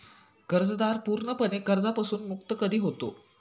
कर्जदार पूर्णपणे कर्जापासून मुक्त कधी होतो?